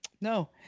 No